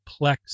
Plex